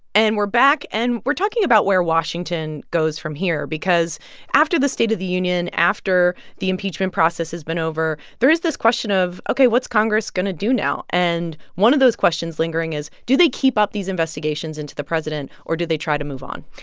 and we're back. and we're talking about where washington goes from here because after the state of the union, after the impeachment process has been over, there is this question of, ok, what's congress going to do now? and one of those questions lingering is, do they keep up these investigations into the president, or do they try to move on?